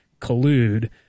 collude